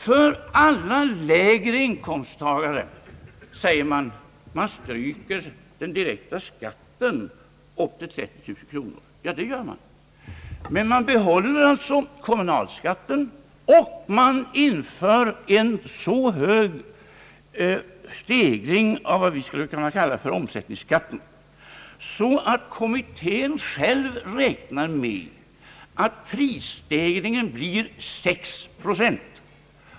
För alla lägre inkomsttagare säger man att man stryker den direkta skatten upp till 30 000 kronors inkomst. Men man behåller kommunalskatten, och man genomför en så stark stegring av vad vi skulle kalla omsättningsskatten att kommittén själv räknar med att prisstegringen blir 6 procent.